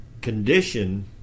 condition